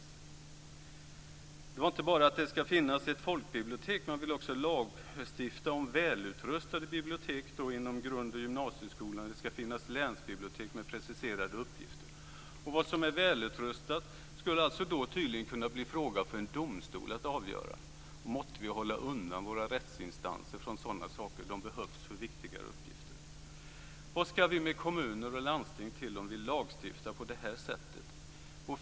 Det handlar inte bara om att det ska finnas ett folkbibliotek; man vill också lagstifta om välutrustade bibliotek inom grund och gymnasieskolan och det ska finnas länsbibliotek med preciserade uppgifter. Vad som är välutrustat skulle alltså då tydligen kunna bli fråga för en domstol att avgöra. Måtte vi hålla undan våra rättsinstanser från sådana saker! De behövs för viktigare uppgifter. Vad ska vi med kommuner och landsting till om vi lagstiftar på det här sättet?